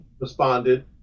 responded